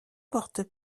portent